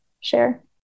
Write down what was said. share